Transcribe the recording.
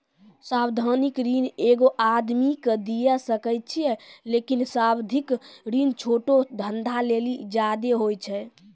सावधिक ऋण एगो आदमी के दिये सकै छै लेकिन सावधिक ऋण छोटो धंधा लेली ज्यादे होय छै